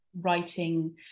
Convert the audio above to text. writing